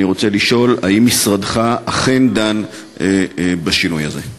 אני רוצה לשאול: האם משרדך אכן דן בשינוי הזה?